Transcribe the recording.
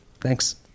Thanks